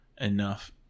enough